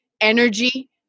energy